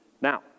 Now